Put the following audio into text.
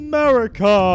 America